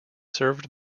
served